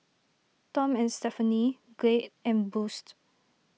Tom and Stephanie Glade and Boost